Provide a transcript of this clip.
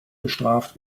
bestraft